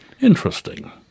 Interesting